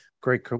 Great